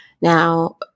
Now